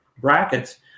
brackets